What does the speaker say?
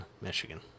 Michigan